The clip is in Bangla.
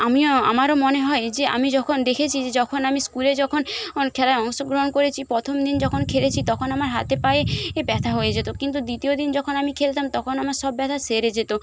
আমিও আমারও মনে হয় যে আমি যখন দেখেছি যে যখন আমি স্কুলে যখন অন খেলায় অংশগ্রহণ করেছি প্রথম দিন যখন খেলেছি তখন আমার হাতে পায়ে এ ব্যথা হয়ে যেত কিন্তু দ্বিতীয় দিন যখন আমি খেলতাম তখন আমার সব ব্যথা সেরে যেত